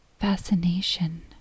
fascination